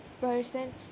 person